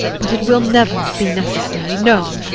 but it will never be necessary. no,